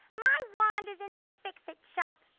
my wand is in the fix it shop.